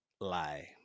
lie